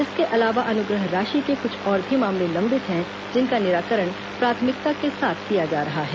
इसके अलावा अनुग्रह राशि के कुछ और भी मामले लंबित हैं जिनका निराकरण प्राथमिकता के साथ किया जा रहा है